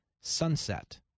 sunset